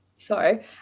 sorry